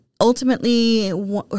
ultimately